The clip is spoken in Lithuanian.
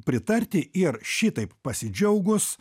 pritarti ir šitaip pasidžiaugus